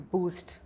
Boost